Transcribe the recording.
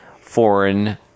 foreign